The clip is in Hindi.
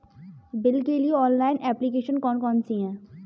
बिल के लिए ऑनलाइन एप्लीकेशन कौन कौन सी हैं?